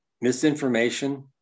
misinformation